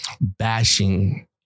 bashing